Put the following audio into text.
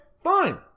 fine